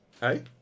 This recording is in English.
hey